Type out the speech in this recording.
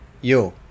Yo